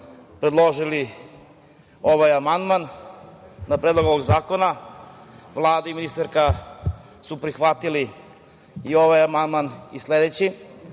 predložili ovaj amandman na Predlog ovog zakona. Vlada i ministarka su prihvatili i ovaj amandman i sledeći.